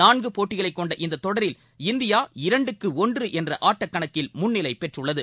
நான்குபோட்டிகளைக் கொண்ட இந்ததொடரில் இந்தியா இரண்டுக்கு ஒன்றுஎன்றஆட்டக்கணக்கில் முன்னிலைபெற்றுள்ளது